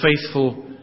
faithful